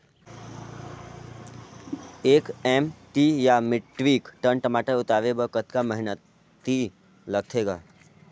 एक एम.टी या metric ton टमाटर उतारे बर कतका मेहनती लगथे ग?